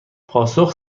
پاسخ